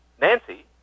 Nancy